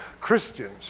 Christians